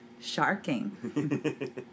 Sharking